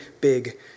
big